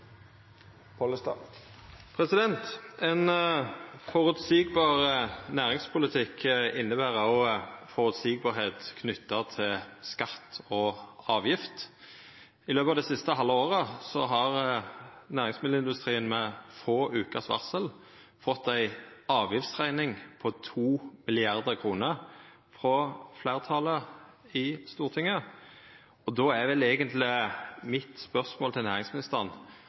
Ein føreseieleg næringspolitikk inneber òg føreseielegheit knytt til skattar og avgifter. I løpet av det siste halve året har næringsmiddelindustrien med få vekers varsel fått ei avgiftsrekning på 2 mrd. kr frå fleirtalet i Stortinget. Då er vel eigentleg mitt spørsmål til næringsministeren: